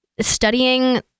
studying